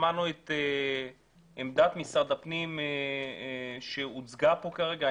שמענו את עמדת משרד הפנים שהוצגה פה כרגע,